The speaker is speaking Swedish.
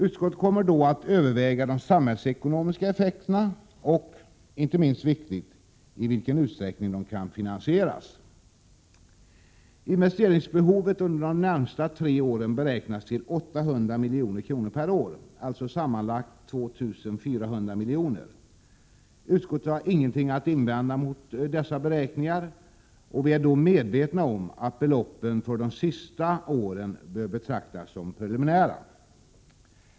Utskottet kommer då att överväga de samhällsekonomiska effekterna och, inte minst viktigt, i vilken utsträckning de kan finansieras. Investeringsbehovet under de närmaste tre åren beräknas till 800 milj.kr. per år, alltså sammanlagt 2 400 milj.kr. Utskottet har ingenting att invända mot dessa beräkningar. Vi är samtidigt medvetna om att beloppen för de sista åren bör betraktas som preliminära.